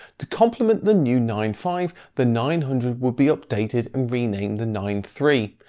to compliment the new nine five, the nine hundred would be updated and renamed the nine three.